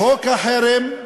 חוק החרם,